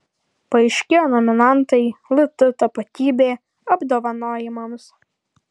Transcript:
paaiškėjo nominantai lt tapatybė apdovanojimams